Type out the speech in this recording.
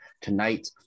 tonight